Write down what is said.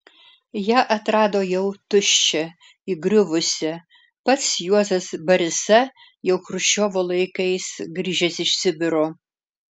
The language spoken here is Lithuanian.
ją atrado jau tuščią įgriuvusią pats juozas barisa jau chruščiovo laikais grįžęs iš sibiro